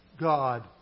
God